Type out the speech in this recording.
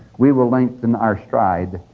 we will lengthen our stride,